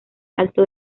alto